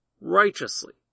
righteously